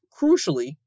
crucially